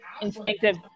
Instinctive